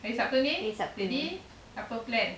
hari sabtu ni